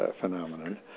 phenomenon